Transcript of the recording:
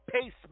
pace